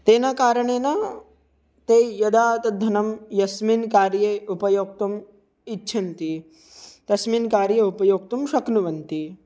तेन कारणेन ते यदा तद्धनं यस्मिन् कार्ये उपयोक्तुम् इच्छन्ति तस्मिन् कार्ये उपयोक्तुं शक्नुवन्ति